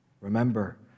Remember